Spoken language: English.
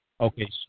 Okay